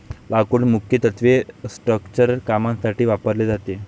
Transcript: लाकूड मुख्यत्वे स्ट्रक्चरल कामांसाठी वापरले जाते